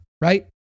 Right